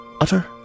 utter